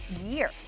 year